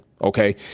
Okay